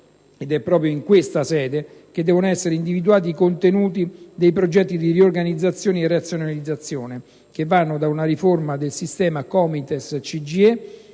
è proprio in questa sede, infatti, che devono essere individuati i contenuti dei progetti di riorganizzazione e razionalizzazione, che vanno da una riforma del sistema Comites-CGIE,